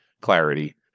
clarity